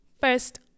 First